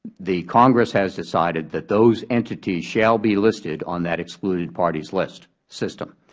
the congress has decided that those entities shall be listed on that excluded parties list system.